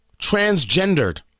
transgendered